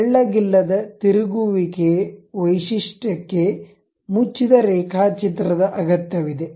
ತೆಳ್ಳಗಿಲ್ಲದ ತಿರುಗುವಿಕೆಗೆ ವೈಶಿಷ್ಟ್ಯಕ್ಕೆ ಮುಚ್ಚಿದ ರೇಖಾಚಿತ್ರದ ಅಗತ್ಯವಿದೆ